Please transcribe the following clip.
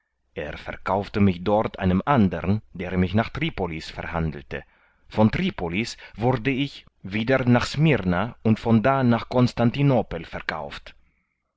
er verkaufte mich dort einem andern der mich nach tripolis verhandelte von tripolis wurde ich wieder nach smyrna und von da nach konstantinopel verkauft